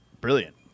brilliant